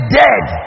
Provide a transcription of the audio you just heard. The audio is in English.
dead